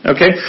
Okay